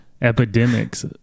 epidemics